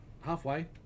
halfway